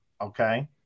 okay